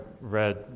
read